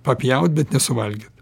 papjaut bet nesuvalgyt